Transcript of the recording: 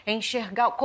enxergar